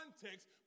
context